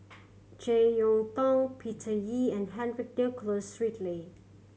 Jek Yeun Thong Peter Lee and Henry Nicholas Ridley